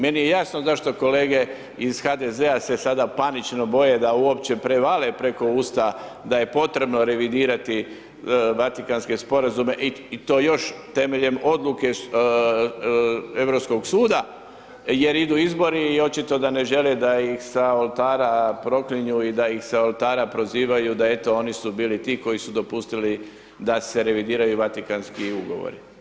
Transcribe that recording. Meni je jasno zašto kolege iz HDZ-a se sada panično boje da uopće prevale preko usta da je potrebno revidirati Vatikanske sporazume i to još temeljem odluke Europskog suda jer idu izbori i očito da ne žele da ih sa oltara proklinju i da ih sa oltara prozivaju da eto, oni su bili ti koji su dopustili da se revidiraju Vatikanski ugovori.